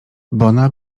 bona